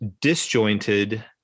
disjointed